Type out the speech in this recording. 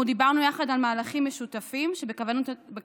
אנחנו דיברנו יחד על מהלכים משותפים שבכוונתנו